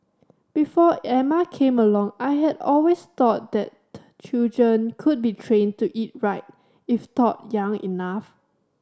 before Emma came along I had always thought that children could be trained to eat right if taught young enough